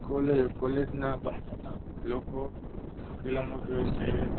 કોલે કોલેજના બા લોકો ફિલ્મો જુએ છે